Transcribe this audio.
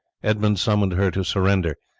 edmund summoned her to surrender,